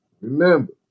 Remember